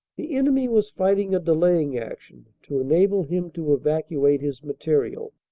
the enemy was fighting a delaying action, to enable him to evacuate his material.